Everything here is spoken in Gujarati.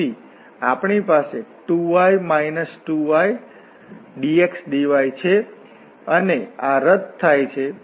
તેથી આપણી પાસે 2y 2ydxdy છે અને આ રદ થાય છે